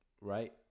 right